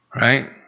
right